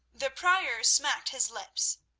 the prior smacked his lips.